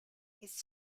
his